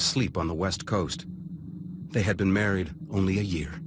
asleep on the west coast they had been married only a year